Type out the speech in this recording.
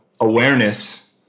awareness